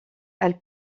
elle